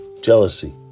jealousy